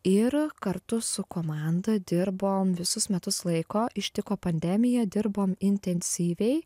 ir kartu su komanda dirbom visus metus laiko ištiko pandemija dirbom intensyviai